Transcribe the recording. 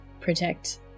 protect